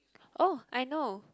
oh I know